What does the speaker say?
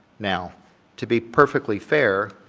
now to be perfectly fair,